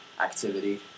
activity